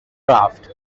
craft